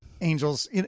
angels